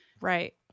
right